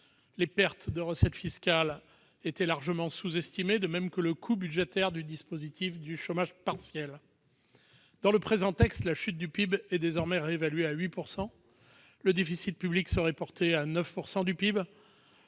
Les pertes de recettes fiscales étaient largement sous-estimées, de même que le coût budgétaire du dispositif de chômage partiel. Dans le présent texte, la chute du PIB est désormais estimée à 8 %, le déficit public serait porté à 9 % du PIB